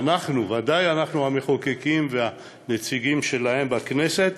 ואנחנו, ודאי אנחנו המחוקקים והנציגים שלהם בכנסת,